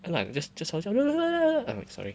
and I'm just just 好像 I'm like sorry